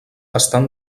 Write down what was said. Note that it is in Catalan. estan